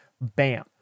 Bam